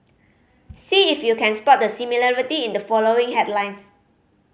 see if you can spot the similarity in the following headlines